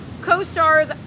Co-stars